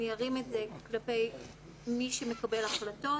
אני ארים את זה כלפי מי שמקבל החלטות